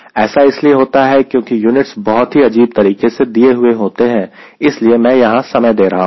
ऐसा इसलिए होता है क्योंकि इसके यूनिट्स बहुत ही अजीब तरीके से दिए हुए होते हैं इसलिए मैं यहां समय दे रहा हूं